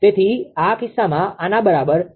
તેથી આ કિસ્સામાં આના બરાબર 0